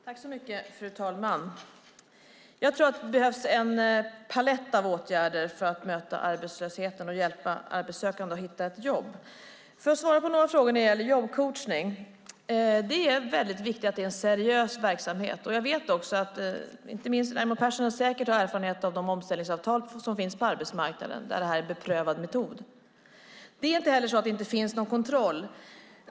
Fru talman! Jag tror att det behövs en palett av åtgärder för att möta arbetslösheten och hjälpa arbetssökande att hitta ett jobb. Jag vill svara på några frågor när det gäller jobbcoachning. Det är väldigt viktigt att det är en seriös verksamhet. Inte minst Raimo Pärssinen har säkert erfarenhet av de omställningsavtal som finns på arbetsmarknaden, där det här är en beprövad metod. Det är inte heller så att det inte finns någon kontroll.